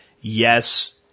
yes